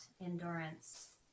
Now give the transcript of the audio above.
endurance